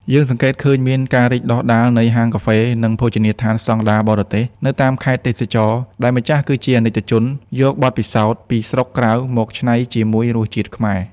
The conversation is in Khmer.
យើងសង្កេតឃើញមានការរីកដុះដាលនៃ "ហាងកាហ្វេ និងភោជនីយដ្ឋានស្ដង់ដារបរទេស" នៅតាមខេត្តទេសចរណ៍ ដែលម្ចាស់គឺជាអាណិកជនយកបទពិសោធន៍ពីស្រុកក្រៅមកច្នៃជាមួយរសជាតិខ្មែរ។